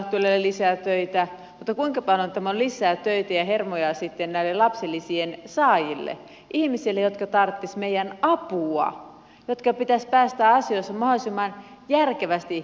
mutta kuinka paljon tämä on lisää töitä ja hermoja sitten näitten lapsilisien saajille ihmisille jotka tarvitsisivat meidän apuamme jotka pitäisi päästää asioissa mahdollisimman järkevästi eteenpäin